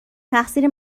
تقصیر